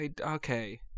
okay